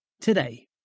Today